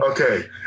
Okay